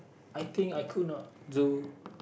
I think I could not do